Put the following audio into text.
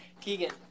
Keegan